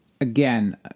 again